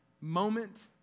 moment